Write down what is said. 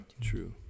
true